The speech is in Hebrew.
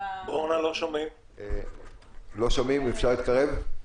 ושאם היה כלי שהיה משרת את זה אז היינו מצטרפים לעניין.